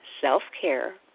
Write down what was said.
self-care